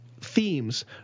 Themes